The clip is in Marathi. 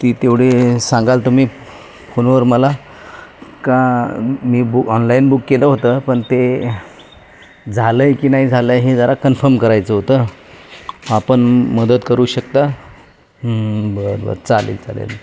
ती तेवढे सांगाल तुम्ही फोनवर मला का मी बु ऑनलाईन बुक केलं होतं पण ते झालं आहे की नाही झालं आहे हे जरा कन्फर्म करायचं होतं आपण मदत करू शकता बरं बरं चालेल चालेल